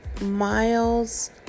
miles